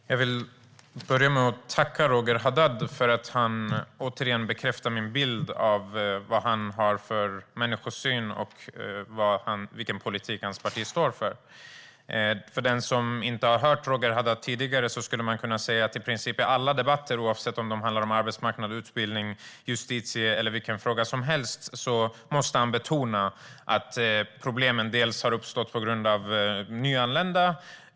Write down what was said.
Herr talman! Jag vill börja med att tacka Roger Haddad för att han återigen bekräftar min bild av vad han har för människosyn och vilken politik hans parti står för. Till den som inte har hört Roger Haddad tidigare skulle man kunna säga att han i princip i alla debatter, oavsett om de handlar om arbetsmarknad, utbildning, justitieärenden eller vilken fråga som helst, måste betona att problemen har uppstått på grund av nyanlända.